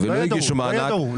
ולא הגישו בקשה למענק --- לא ידעו.